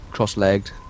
Cross-legged